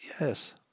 Yes